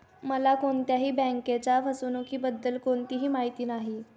मला कोणत्याही बँकेच्या फसवणुकीबद्दल कोणतीही माहिती नाही